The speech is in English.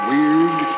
Weird